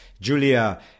Julia